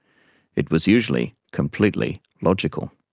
it was usually completely logical,